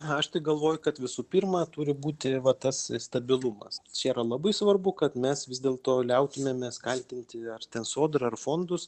aš tai galvoju kad visų pirma turi būti va tas stabilumas čia yra labai svarbu kad mes vis dėlto liautumėmės kaltinti ar sodrą ar fondus